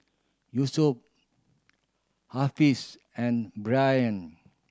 Yusuf and Ryan